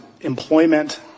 employment